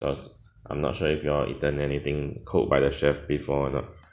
because I'm not sure if you all eaten anything cooked by the chef before or not